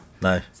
No